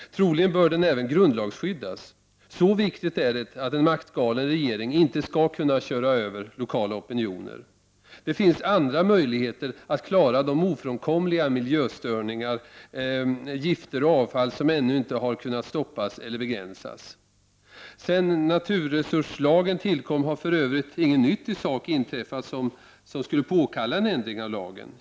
Troligen bör den även grundlagsskyddas. Så viktigt är det att en maktgalen regering inte skall kunna köra över lokala opinioner. Det finns andra möjligheter att klara ofrånkomliga miljöstörningar, gifter och avfall, som ännu inte har kunnat stoppas eller begränsas. Sedan naturresurslagen tillkom har för övrigt inget nytt i sak inträffat som skulle påkalla en ändring av lagen.